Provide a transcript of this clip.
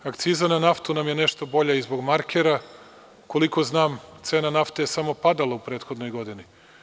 Akciza na naftu nam je nešto bolja i zbog markera, koliko znam cena nafte je smo padala u prethodnoj godini.